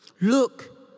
look